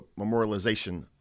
memorialization